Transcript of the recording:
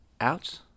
out